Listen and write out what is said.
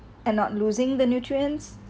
and not losing the nutrients